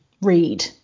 read